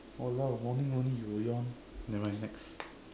!walao! morning only you will yawn nevermind next